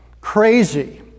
crazy